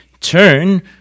turn